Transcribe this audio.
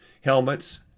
helmets